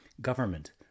Government